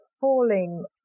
falling